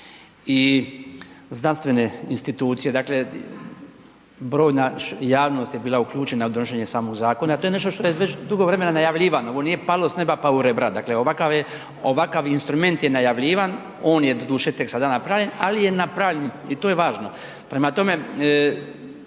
i znanstvene institucije. Dakle, brojna javnost je bila uključena u donošenje samog zakona. To je nešto što je već dugo vremena najavljivano, ovo nije palo s neba, pa u rebra. Dakle, ovakav je, ovakav instrument je najavljivan, on je doduše tek sada napravljen, ali je napravljen i to je važno. Prema tome,